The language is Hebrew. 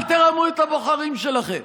אל תרמו את הבוחרים שלכם